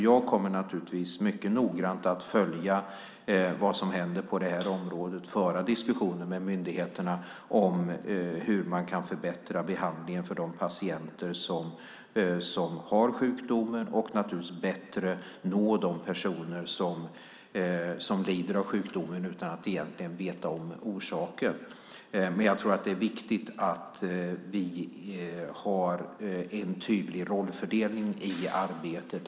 Jag kommer naturligtvis mycket noggrant att följa vad som händer på det här området och föra diskussioner med myndigheterna om hur man kan förbättra behandlingen av de patienter som har sjukdomen och bättre nå de personer som lider av sjukdomen utan att egentligen veta om orsaken. Men jag tror att det är viktigt att vi har en tydlig rollfördelning i arbetet.